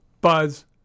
Buzz